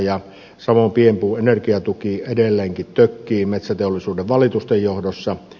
samoin pienpuun energiatuki edelleenkin tökkii metsäteollisuuden valitusten johdosta